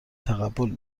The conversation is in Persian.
تقبل